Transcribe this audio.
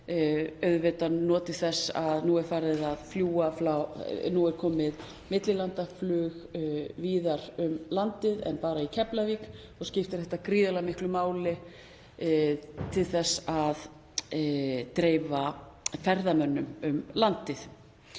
auðvitað notið þess að nú er komið millilandaflug víðar um landið en bara í Keflavík og skiptir þetta gríðarlega miklu máli til þess að dreifa ferðamönnum um landið.